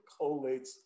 collates